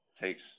takes –